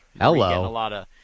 Hello